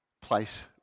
place